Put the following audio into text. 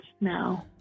no